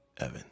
Evan